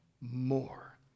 more